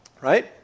right